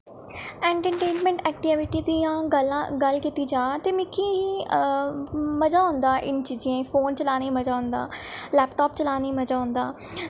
entertainment activity दियां गल्लां गल्ल कीती जा ते मिकी मजा औंदा इन चीजें फोन चलाने मजा औंदा लैपटाप चलाने मजा औंदा